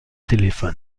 téléphone